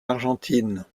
argentine